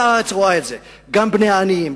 גם בני העניים,